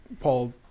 Paul